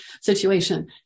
situation